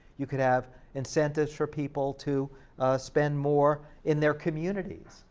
you could have incentives for people to spend more in their communities,